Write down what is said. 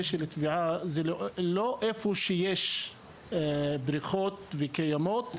של טביעה אינה היכן שיש בריכות קיימות,